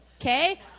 okay